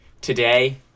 Today